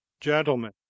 gentlemen